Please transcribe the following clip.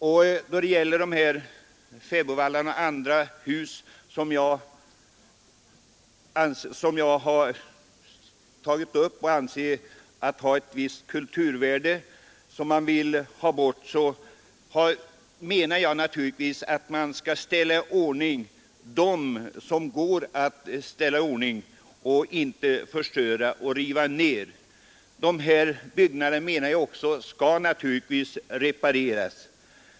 Jag anser naturligtvis att man, om det är möjligt, skall ställa i ordning fäbodvallar och andra hus, därest de har ett kulturvärde och inte förstöra och riva ned. Jag menar givetvis att de här byggnaderna om möjligt skall repareras.